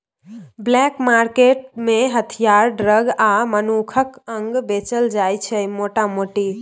black market मे हथियार, drug आ मनुखक अंग बेचल जाइ छै मोटा मोटी